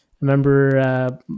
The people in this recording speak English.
remember